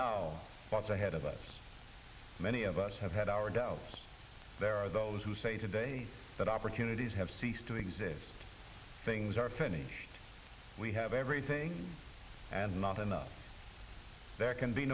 now what's ahead of us many of us have had our doubts there are those who say today that opportunities have ceased to exist things are plenty we have everything and not enough there can be